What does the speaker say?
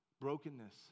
brokenness